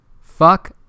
fuck